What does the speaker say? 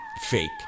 fake